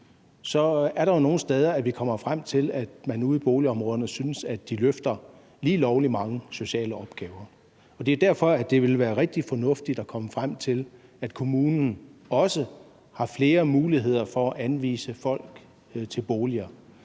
så er der nogle steder, hvor de ude i boligområderne kommer frem til at synes, at de løfter lige lovlig mange sociale opgaver. Og det er derfor, at det ville være rigtig fornuftigt at komme frem til, at kommunen også har flere muligheder for at anvise folk til boliger.